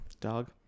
dog